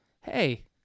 Hey